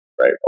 right